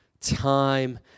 time